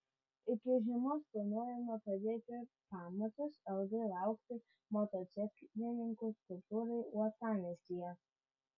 iki žiemos planuojama padėti pamatus ilgai lauktai motociklininkų skulptūrai uostamiestyje